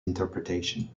interpretation